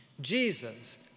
Jesus